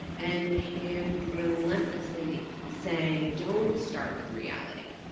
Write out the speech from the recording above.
and him relentlessly saying, don't start with reality,